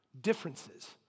Differences